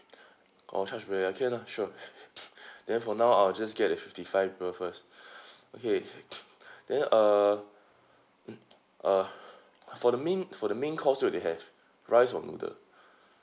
oh charge per head okay lah sure then for now I'll just get the fifty five people first okay then uh mm uh for the main for the main course what they have rice or noodle